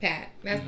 Pat